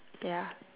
ya